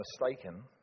mistaken